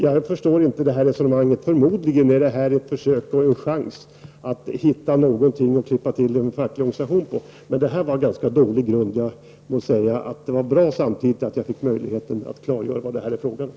Jag förstår alltså inte resonemanget. Förmodligen är det här ett försök att få en chans att på något sätt klippa till mot fackliga organisationer. Men det här var en ganska dålig grund. Jag måste säga att det samtidigt var bra att jag fick möjlighet att klargöra vad det här är fråga om.